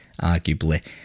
arguably